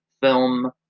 film